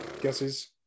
guesses